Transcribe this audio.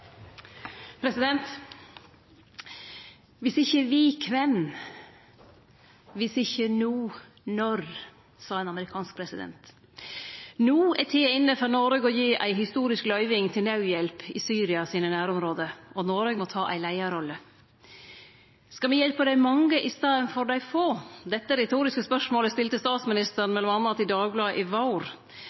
president. No er tida inne for Noreg til å gi ei historisk løyving til naudhjelp til Syria sine nærområde, og Noreg må ta ei leiarrolle. Skal me hjelpe dei mange i staden for dei få? Dette retoriske spørsmålet stilte statsministeren m.a. til Dagbladet i vår.